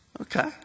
Okay